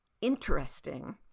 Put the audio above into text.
interesting